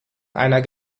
einer